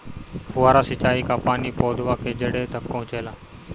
फुहारा सिंचाई का पानी पौधवा के जड़े तक पहुचे ला?